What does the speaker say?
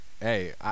Hey